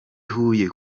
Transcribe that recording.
huye